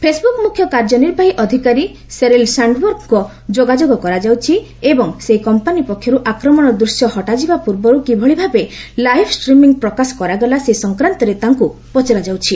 Facebook ମୁଖ୍ୟ କାର୍ଯ୍ୟନିର୍ବାହୀ ଅଧିକାରୀ ସେରିଲ୍ ସ୍ୟାଶ୍ଡବର୍ଗଙ୍କ ଯୋଗାଯୋଗ କରାଯାଇଛି ଏବଂ ସେହି କମ୍ପାନୀ ପକ୍ଷରୁ ଆକ୍ରମଣ ଦୂଶ୍ୟ ହଟାଯିବା ପୂର୍ବରୁ କିଭଳି ଭାବେ ଲାଇଭ୍ ଷ୍ଟ୍ରିମିଙ୍ଗ୍ ପ୍ରକାଶ କରାଗଲା ସେ ସଂକ୍ରାନ୍ତରେ ତାଙ୍କୁ ପଚରାଯାଇଛି